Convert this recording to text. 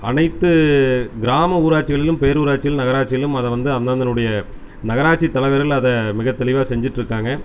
அனைத்து கிராம ஊராட்சிகளிலும் பேரூராட்சிகளிலும் நகராட்சிகளிலும் அதை வந்து அந்தந்தனுடைய நகராட்சித் தலைவர்கள் அதை மிகத்தெளிவாக செஞ்சுட்டு இருக்காங்க